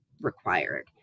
required